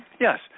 Yes